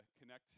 connect